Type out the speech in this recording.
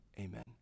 Amen